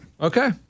Okay